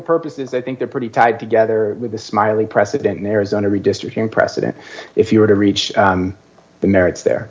purposes i think they're pretty tied together with the smiley precedent in arizona redistricting precedent if you were to reach the merits there